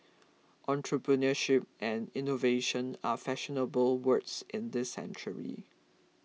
entrepreneurship and innovation are fashionable words in this century